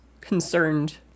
concerned